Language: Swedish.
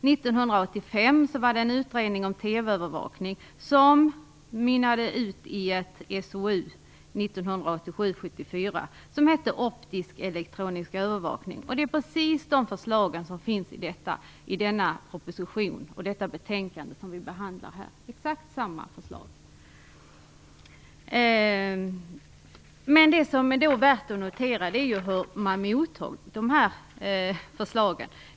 1985 var det en utredning om TV-övervakning som mynnade ut i SOU 1987:74 som hette Optisk elektronisk övervakning. Det är precis de förslagen som finns i denna proposition och i det betänkande som vi behandlar här, exakt samma förslag. Men det som är värt att notera är hur man mottar de här förslagen.